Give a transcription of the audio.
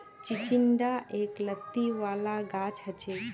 चिचिण्डा एक लत्ती वाला गाछ हछेक